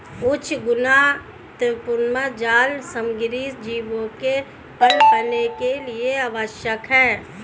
उच्च गुणवत्तापूर्ण जाल सामग्री जीवों के पनपने के लिए आवश्यक है